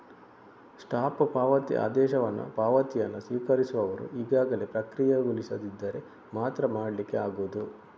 stop ಪಾವತಿ ಆದೇಶವನ್ನ ಪಾವತಿಯನ್ನ ಸ್ವೀಕರಿಸುವವರು ಈಗಾಗಲೇ ಪ್ರಕ್ರಿಯೆಗೊಳಿಸದಿದ್ದರೆ ಮಾತ್ರ ಮಾಡ್ಲಿಕ್ಕೆ ಆಗುದು